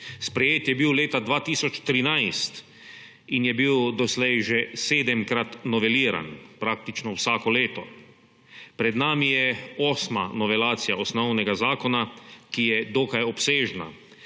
Sprejet je bil leta 2013 in je bil doslej že sedemkrat noveliran, praktično vsako leto. Pred nami je osma novelacija osnovnega zakona, ki je dokaj obsežna.